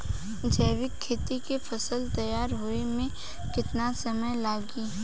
जैविक खेती के फसल तैयार होए मे केतना समय लागी?